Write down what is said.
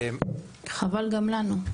חבל גם לנו.